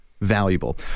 Valuable